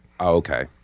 Okay